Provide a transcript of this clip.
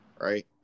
right